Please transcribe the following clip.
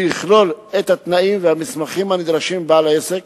שיכלול את התנאים והמסמכים הנדרשים מבעל עסק